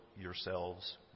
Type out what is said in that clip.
yourselves